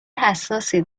حساسی